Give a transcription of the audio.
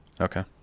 Okay